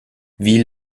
wie